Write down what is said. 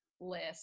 list